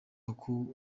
uku